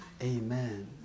Amen